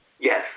Yes